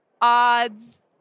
odds